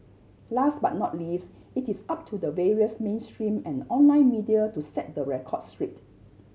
last but not least it is up to the various mainstream and online media to set the record straight